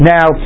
Now